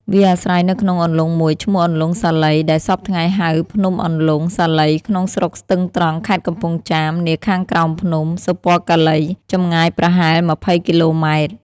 វាអាស្រ័យនៅក្នុងអន្លង់មួយឈ្មោះអន្លង់សាលី ដែលសព្វថ្ងៃហៅ ភូមិអន្លង់ សាលី ក្នុងស្រុកស្ទឹងត្រង់ ខេត្តកំពង់ចាម នាខាងក្រោមភ្នំ សុពណ៌កាឡី ចម្ងាយប្រហែល ២០ គីឡូម៉ែត្រ ។